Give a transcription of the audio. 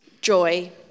joy